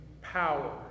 power